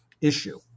issue